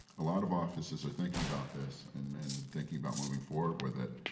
a lot of offices are thinking about this and and thinking about moving forward with it.